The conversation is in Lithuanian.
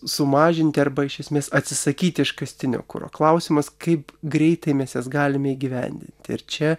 sumažinti arba iš esmės atsisakyti iškastinio kuro klausimas kaip greitai mes jas galime įgyvendinti ir čia